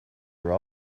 were